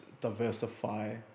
diversify